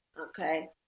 okay